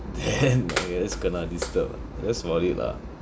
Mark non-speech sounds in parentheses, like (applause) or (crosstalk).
then (laughs) I guess kena disturb lah that's about it lah